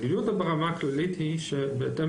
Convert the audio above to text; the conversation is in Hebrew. המדיניות ברמה הכללית היא שבהתאם